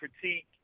critique